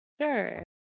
sure